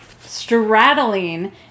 straddling